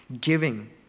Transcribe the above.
giving